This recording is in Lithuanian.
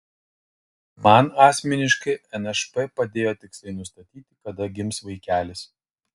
man asmeniškai nšp padėjo tiksliai nustatyti kada gims vaikelis